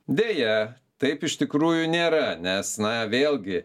deja taip iš tikrųjų nėra nes na vėlgi